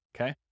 okay